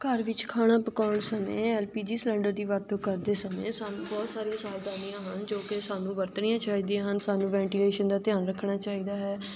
ਘਰ ਵਿੱਚ ਖਾਣਾ ਪਕਾਉਣ ਸਮੇਂ ਐੱਲ ਪੀ ਜੀ ਸਿਲੰਡਰ ਦੀ ਵਰਤੋਂ ਕਰਦੇ ਸਮੇਂ ਸਾਨੂੰ ਬਹੁਤ ਸਾਰੀਆਂ ਸਾਵਧਾਨੀਆਂ ਹਨ ਜੋ ਕਿ ਸਾਨੂੰ ਵਰਤਣੀਆਂ ਚਾਹੀਦੀਆਂ ਹਨ ਸਾਨੂੰ ਵੈਂਟੀਲੇਸ਼ਨ ਦਾ ਧਿਆਨ ਰੱਖਣਾ ਚਾਹੀਦਾ ਹੈ